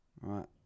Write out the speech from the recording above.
Right